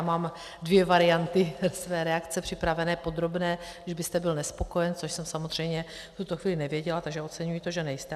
Mám dvě varianty své reakce připravené podrobné, kdybyste byl nespokojen, což jsem samozřejmě v tuto chvíli nevěděla, takže oceňuji to, že nejste.